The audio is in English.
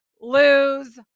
lose